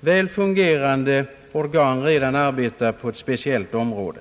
väl fungerande organ redan arbetar på ett speciellt område.